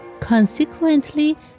Consequently